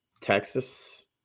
texas